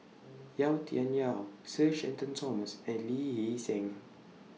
Yau Tian Yau Sir Shenton Thomas and Lee Hee Seng